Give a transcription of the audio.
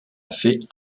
fait